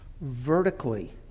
vertically